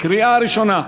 קריאה ראשונה.